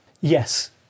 Yes